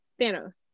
Thanos